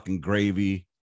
gravy